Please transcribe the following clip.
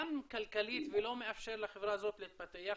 גם כלכלית ולא מאפשר לחברה הזאת להתפתח,